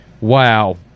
Wow